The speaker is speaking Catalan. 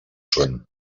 són